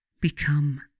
become